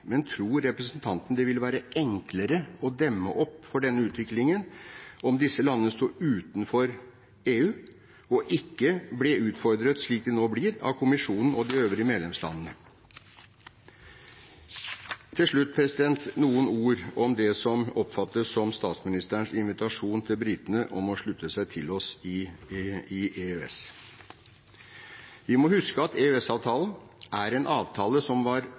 Men tror representanten det ville være enklere å demme opp for denne utviklingen om disse landene sto utenfor EU og ikke ble utfordret, slik de nå blir, av kommisjonen og de øvrige medlemslandene? Til slutt noen ord om det som oppfattes som statsministerens invitasjon til britene om å slutte seg til oss i EØS. Vi må huske at EØS-avtalen er en avtale som var